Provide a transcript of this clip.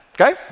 Okay